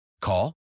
call